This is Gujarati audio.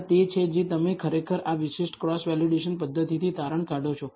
આ તે છે જે તમે ખરેખર આ વિશિષ્ટ ક્રોસ વેલિડેશન પદ્ધતિથી તારણ કાઢો છો